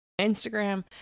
Instagram